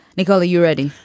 nicole, are you ready?